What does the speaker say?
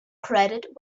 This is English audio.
credit